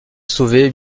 sauvé